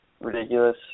ridiculous